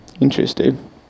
Interesting